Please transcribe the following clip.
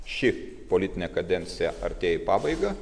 ši politinė kadencija artėja į pabaigą